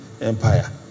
empire